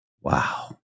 Wow